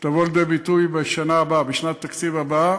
שתבוא לידי ביטוי בשנת התקציב הבאה,